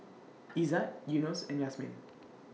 Izzat Yunos and Yasmin